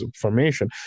formation